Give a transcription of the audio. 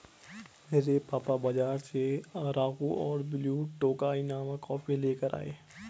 मेरे पापा बाजार से अराकु और ब्लू टोकाई नामक कॉफी लेकर आए